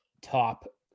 top